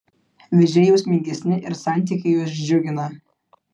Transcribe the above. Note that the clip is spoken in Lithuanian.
vėžiai jausmingesni ir santykiai juos džiugina